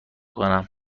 کنم